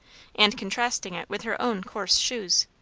and contrasting it with her own coarse shoes.